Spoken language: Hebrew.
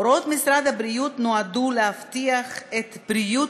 הוראות משרד הבריאות נועדו להבטיח את בריאות